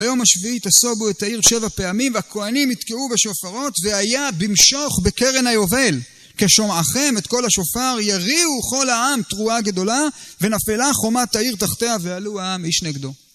ביום השביעי תסוגו את העיר שבע פעמים, והכוהנים יתקעו בשופרות והיה במשוך בקרן היובל. כשומעכם את קול השופר יריעו כל העם תרועה גדולה, ונפלה חומת העיר תחתיה ועלו העם איש נגדו.